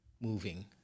moving